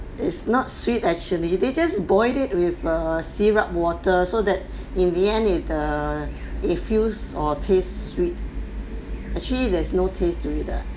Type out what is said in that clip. is not sweet actually they just boil it with a syrup water so that in the end it err it feels or taste sweet actually there's no taste to it ah